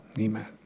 Amen